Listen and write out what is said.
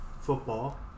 Football